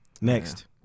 Next